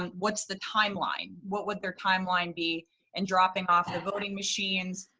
um what's the timeline? what would their timeline be in dropping off the voting machines.